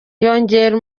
yongera